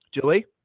Julie